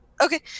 Okay